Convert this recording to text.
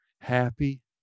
happy